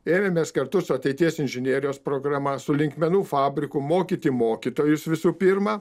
ėmėmės kartu su ateities inžinerijos programa su linkmenų fabriku mokyti mokytojus visų pirma